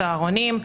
צהרונים.